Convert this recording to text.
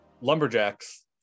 lumberjacks